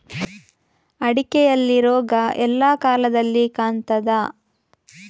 ಅಡಿಕೆಯಲ್ಲಿ ರೋಗ ಎಲ್ಲಾ ಕಾಲದಲ್ಲಿ ಕಾಣ್ತದ?